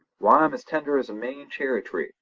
why, i'm as tender as a maine cherry-tree.